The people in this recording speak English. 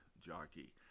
jockey